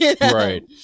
Right